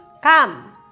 Come